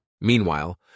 Meanwhile